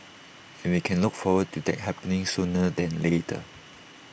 and we can look forward to that happening sooner than later